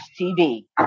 TV